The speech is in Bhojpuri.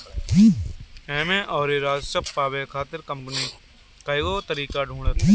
एमे अउरी राजस्व पावे खातिर कंपनी कईगो तरीका ढूंढ़ता